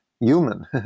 human